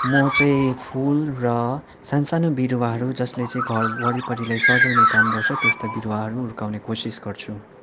म चाहिँ फुल र सानोसानो बिरुवाहरू जसले चाहिँ घर वरिपरिलाई सजाउने काम गर्छ त्यस्तो बिरुवाहरू हुर्काउने कोसिस गर्छु